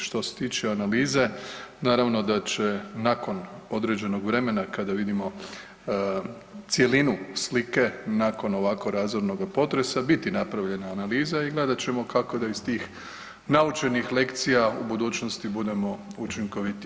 Što se tiče analize, naravno da će nakon određenog vremena kada vidimo cjelinu slike nakon ovako razornoga potresa biti napravljena analiza i gledat ćemo kako da iz tih naučenih lekcija u budućnosti budemo učinkovitiji.